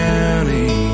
County